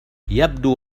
يبدو